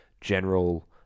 general